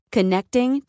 Connecting